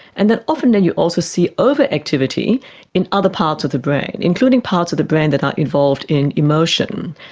and that often then you also see overactivity in other parts of the brain, including parts of the brain that are involved in emotion.